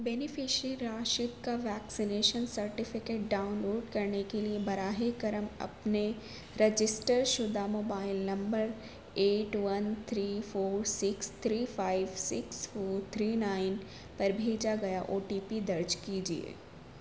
beneficiary Rashid کا vaccination certificate download کرنے کے لیے براہ کرم اپنے رجسٹر شدہ mobile number eight one three four six three five six four three nine پر بھیجا گیا او ٹی پی درج کیجیے